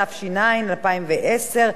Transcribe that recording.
התש"ע 2010,